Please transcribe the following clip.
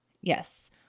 yes